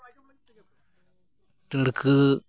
ᱰᱟᱺᱲᱠᱟᱹ